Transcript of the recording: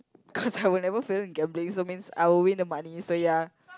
cause I would never fail in gambling so means I will win the money so ya